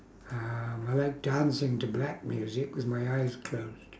um I like dancing to black music with my eyes closed